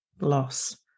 loss